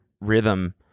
rhythm